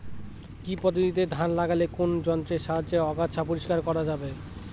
শ্রী পদ্ধতিতে ধান লাগালে কোন যন্ত্রের সাহায্যে আগাছা পরিষ্কার করা যাবে?